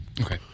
Okay